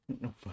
No